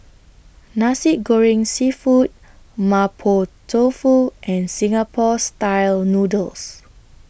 Nasi Goreng Seafood Mapo Tofu and Singapore Style Noodles